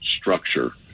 structure